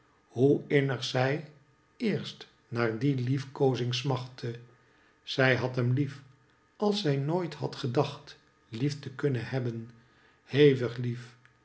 hoe innig zij eerst naar die liefkoozing smachtte zij had hem lief als zij nooithad gedacht lief te kunnen hebben hevig lief